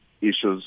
issues